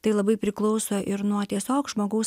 tai labai priklauso ir nuo tiesiog žmogaus